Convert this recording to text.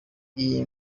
iyi